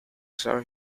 saben